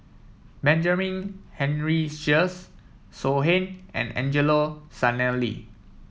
Benjamin Henry Sheares So Heng and Angelo Sanelli